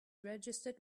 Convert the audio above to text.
registered